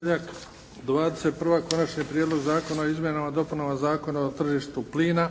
(HDZ)** Konačni prijedlog zakona o izmjenama i dopunama Zakona o tržištu plina,